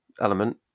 element